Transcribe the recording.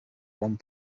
one